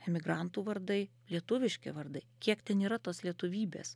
emigrantų vardai lietuviški vardai kiek ten yra tos lietuvybės